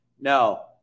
no